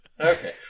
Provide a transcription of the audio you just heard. Okay